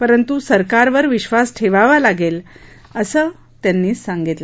पंरतु सरकारवर विश्वास ठेवावा लागेल असं त्यांनी सांगितलं